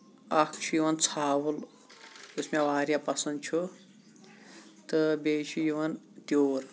اکھ چھُ یِوان ژَھاوُل یُس مےٚ واریاہ پَسند چھُ تہٕ بیٚیہِ چھُ یِوان تیوٗر